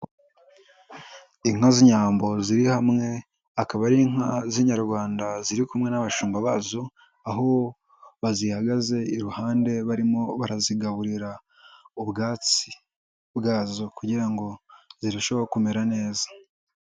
Inka z'inyambo ziri hamwe akaba ari inka z'inyarwanda ziri kumwe n'abashumba bazo, aho bazihagaze iruhande barimo barazigaburira ubwatsi bwazo kugira ngo zirusheho kumera neza.